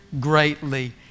greatly